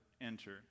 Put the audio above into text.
enter